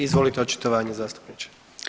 Izvolite očitovanje zastupniče.